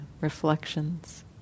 reflections